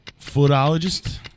Footologist